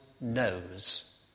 knows